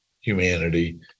humanity